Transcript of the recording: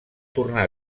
tornar